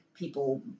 people